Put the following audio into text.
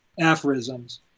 aphorisms